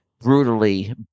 brutally